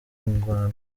ngwano